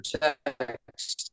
text